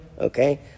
Okay